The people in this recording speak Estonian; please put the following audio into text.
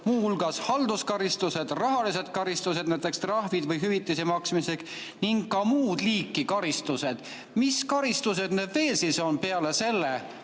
hulgas halduskaristused, rahalised karistused, näiteks trahvid või hüvitise maksmised ning ka muud liiki karistused. Mis karistused need veel siis on peale selle,